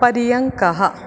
पर्यङ्कः